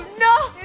no.